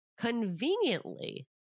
conveniently